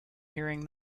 hearing